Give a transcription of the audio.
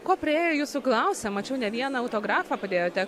ko priėjo jūsų klausia mačiau ne vieną autografą padėjote